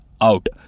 out